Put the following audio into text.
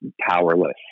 powerless